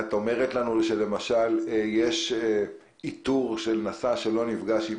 את אומרת לנו למשל שאם יש איתור של נשא שלא נפגש עם